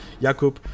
Jakub